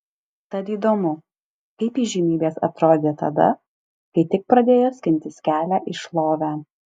tad įdomu kaip įžymybės atrodė tada kai tik pradėjo skintis kelią į šlovę